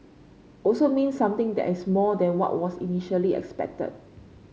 also means something that is more than what was initially expected